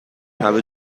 همه